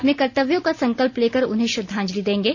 अपने कर्तव्यों का संकल्प लेकर उन्हें श्रद्वांजली देंगे